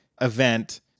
event